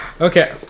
Okay